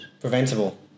preventable